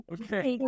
Okay